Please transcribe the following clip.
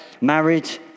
married